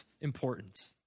important